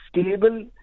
stable